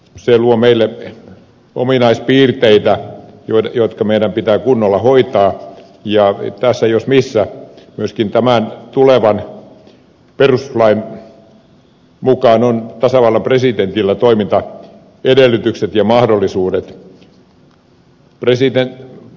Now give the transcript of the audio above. se luo meille ominaispiirteitä jotka meidän pitää kunnolla hoitaa ja tässä jos missä myöskin tämän tulevan perustuslain mukaan on tasavallan presidentillä toimintaedellytykset ja mahdollisuudet